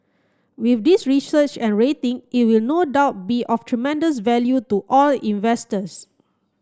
with this research and rating it will no doubt be of tremendous value to all investors